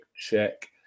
check